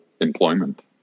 employment